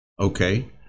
okay